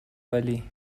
ولی